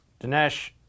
Dinesh